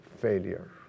failure